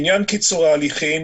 עניין קיצור ההליכים